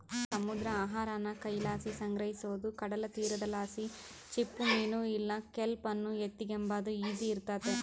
ಸಮುದ್ರ ಆಹಾರಾನ ಕೈಲಾಸಿ ಸಂಗ್ರಹಿಸೋದು ಕಡಲತೀರದಲಾಸಿ ಚಿಪ್ಪುಮೀನು ಇಲ್ಲ ಕೆಲ್ಪ್ ಅನ್ನು ಎತಿಗೆಂಬಾದು ಈಸಿ ಇರ್ತತೆ